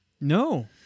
No